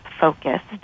focused